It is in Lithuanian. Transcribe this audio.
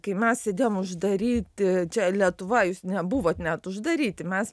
kai mes sėdėjom uždaryti čia lietuva nebuvot net uždaryti mes